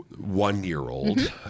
one-year-old